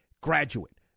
graduate